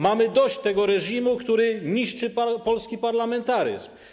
Mamy dość tego reżimu, który niszczy polski parlamentaryzm.